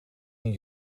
een